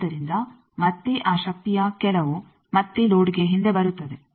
ಆದ್ದರಿಂದ ಮತ್ತೆ ಆ ಶಕ್ತಿಯ ಕೆಲವು ಮತ್ತೆ ಲೋಡ್ಗೆ ಹಿಂದೆ ಬರುತ್ತದೆ